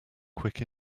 quick